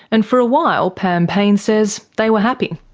and for a while pam payne says they were happy.